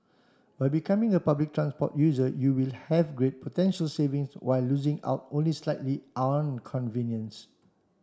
by becoming a public transport user you will have great potential savings while losing out only slightly on convenience